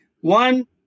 One